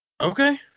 okay